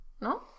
no